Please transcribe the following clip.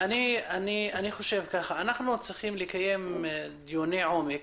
אנחנו צריכים לקיים דיוני עומק